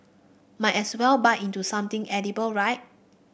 might as well bite into something edible right